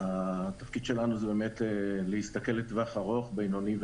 התפקיד שלנו זה להסתכל לטווח ארוך ובינוני,